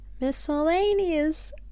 miscellaneous